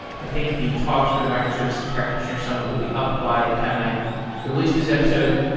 i think the talks for the microservices practitioner summit will be up by the time i release this episode.